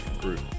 Group